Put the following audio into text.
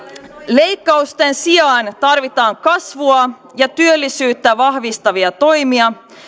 leikkausten sijaan tarvitaan kasvua ja työllisyyttä vahvistavia toimia